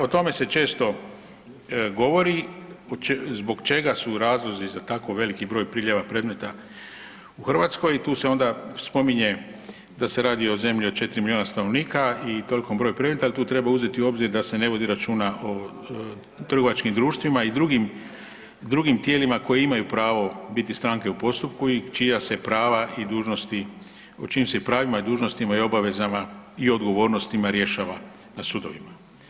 O tome se često govori, zbog čega su razlozi za tako veliki broj priljeva predmeta u Hrvatskoj i tu se onda spominje da se radi o zemlji od 4 milijona stanovnika i tolikom broju predmeta, al tu treba uzeti u obzir da se ne vodi računa o trgovačkim društvima i drugim, drugim tijelima koje imaju pravo biti stranke u postupku i čija se prava i dužnosti, o čijim se i pravima i dužnostima i obavezama i odgovornostima rješava na sudovima.